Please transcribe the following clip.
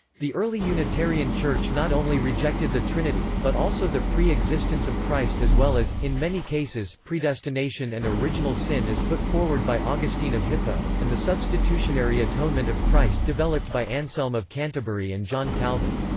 the early unitarian church not only rejected the trinity, but also the pre-existence of christ as well as, in many cases, predestination and original sin as put forward by augustine of hippo, and the substitutionary atonement of christ developed by anselm of canterbury and john calvin.